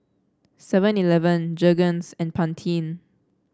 Seven Eleven Jergens and Pantene